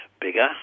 bigger